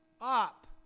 up